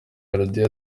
melody